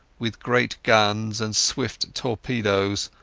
with great guns and swift torpedoes,